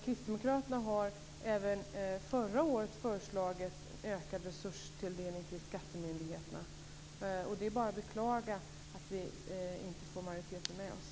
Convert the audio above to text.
Kristdemokraterna föreslog även förra året en ökad resurstilldelning till skattemyndigheterna. Det är bara att beklaga att vi inte får majoriteten med oss.